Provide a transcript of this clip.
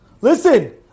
listen